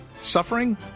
suffering